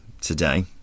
today